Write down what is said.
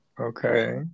Okay